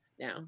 now